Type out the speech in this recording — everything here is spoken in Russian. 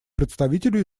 представителю